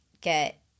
get